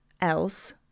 else